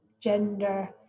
gender